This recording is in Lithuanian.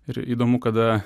ir įdomu kada